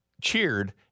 cheered